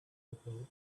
about